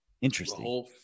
Interesting